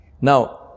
Now